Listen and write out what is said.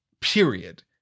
Period